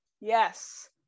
Yes